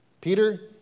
Peter